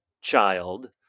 child